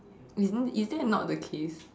isn't is that not the case